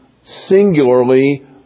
singularly